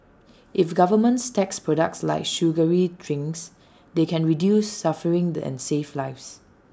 if governments tax products like sugary drinks they can reduce suffering and safe lives